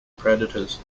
predators